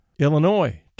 Illinois